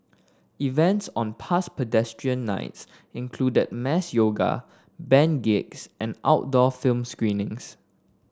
events on past Pedestrian Nights included mass yoga band gigs and outdoor film screenings